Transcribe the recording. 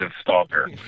stalker